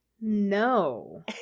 No